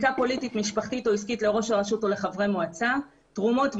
או ברשות האזורית הרלוונטית.